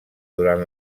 durant